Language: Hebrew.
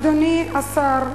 אדוני השר,